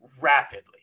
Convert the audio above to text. rapidly